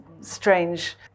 strange